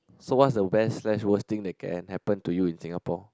so what's the west slash worst thing can happen to you in Singapore